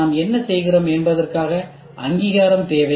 நாம் என்ன செய்கிறோம் என்பதற்கான அங்கீகாரம் தேவை